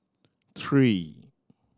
three